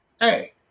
Hey